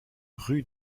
rue